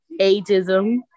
ageism